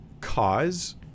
cause